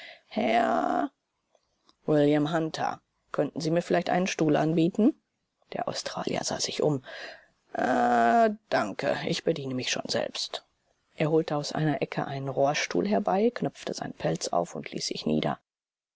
william hunter könnten sie mir vielleicht einen stuhl anbieten der australier sah sich um ah danke ich bediene mich schon selbst er holte aus einer ecke einen rohrstuhl herbei knöpfte seinen pelz auf und ließ sich nieder